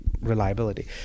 reliability